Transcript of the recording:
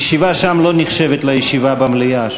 הישיבה שם לא נחשבת לישיבה במליאה.